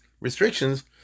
restrictions